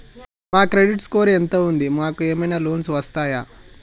మా credit score ఎంత ఉంది? మాకు ఏమైనా లోన్స్ వస్తయా?